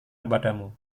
kepadamu